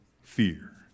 fear